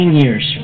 years